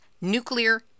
nuclear